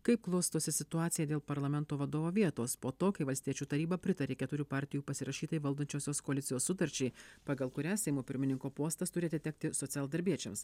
kaip klostosi situacija dėl parlamento vadovo vietos po to kai valstiečių taryba pritarė keturių partijų pasirašytai valdančiosios koalicijos sutarčiai pagal kurią seimo pirmininko postas turi atitekti socialdarbiečiams